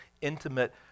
intimate